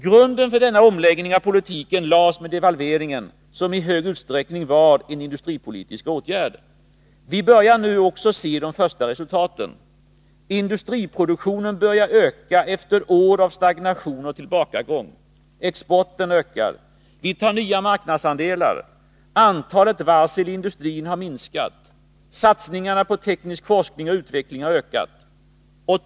Grunden för denna omläggning av politiken lades med devalveringen, som i stor utsträckning var en industripolitisk åtgärd. Vi börjar nu också se de första resultaten: Industriproduktionen börjar öka efter år av stagnation och tillbakagång. Exporten ökar, vi tar nya marknadsandelar. Antalet varsel i: industrin har minskat. Satsningarna på teknisk forskning och utveckling har ökat.